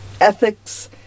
ethics